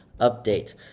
update